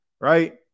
right